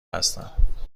هستم